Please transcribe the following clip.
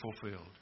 fulfilled